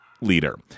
leader